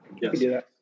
Yes